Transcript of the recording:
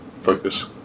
Focus